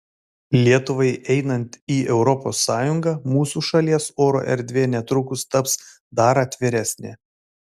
lietuvai einant į europos sąjungą mūsų šalies oro erdvė netrukus taps dar atviresnė